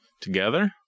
together